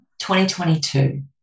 2022